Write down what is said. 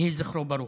יהי זכרו ברוך.